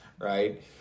right